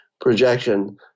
projection